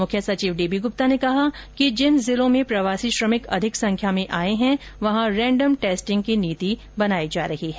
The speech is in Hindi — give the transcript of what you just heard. मुख्य सचिव डी बी गुप्ता ने कहा कि जिन जिलों में प्रवासी श्रमिक अधिक संख्या में आये है वहां रेन्डम टेस्टिंग की नीति बनाई जा रही है